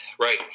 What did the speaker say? Right